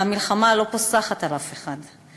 והמלחמה לא פוסחת על אף אחד.